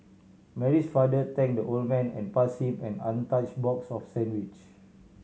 Mary's father thank the old man and pass him an untouch box of sandwich